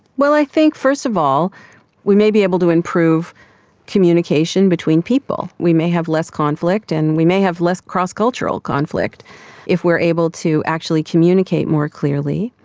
well, i think first of all we may be able to improve communication between people. we may have less conflict and we may have less cross-cultural conflict if we are able to actually communicate more clearly.